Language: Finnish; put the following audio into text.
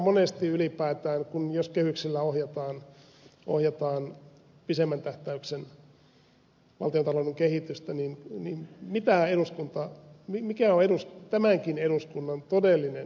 tai ylipäätään jos kehyksillä ohjataan pidemmän tähtäyksen valtiontalouden kehitystä mikä on tämänkin eduskunnan todellinen kontribuutio tässä suhteessa